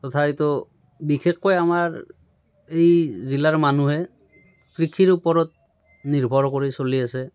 তথাপিতো বিশেষকৈ আমাৰ এই জিলাৰ মানুহে কৃষিৰ ওপৰত নিৰ্ভৰ কৰি চলি আছে